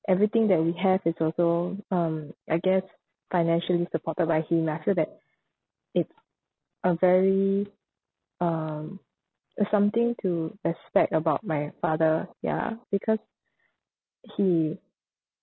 everything that we have is also um I guess financially supported by him I feel that it's a very um a something to respect about my father ya because he